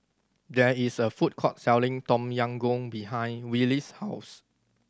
there is a food court selling Tom Yam Goong behind Wylie's house